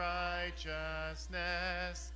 righteousness